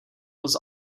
was